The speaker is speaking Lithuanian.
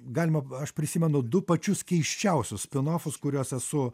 galima aš prisimenu du pačius keisčiausius spinofus kuriuos esu